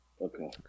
Okay